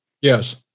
Yes